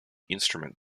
instrument